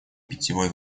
питьевой